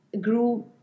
grew